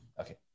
Okay